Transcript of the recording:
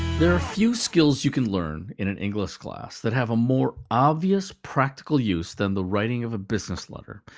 there are few skills you can learn in an english class that have a more obvious, practical use than the writing of a business letter.